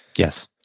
yes,